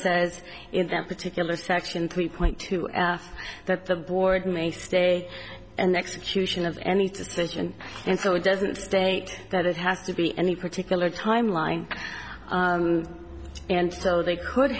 says in that particular section three point two asked that the board may stay an execution of any decision and so it doesn't state that it has to be any particular timeline and so they could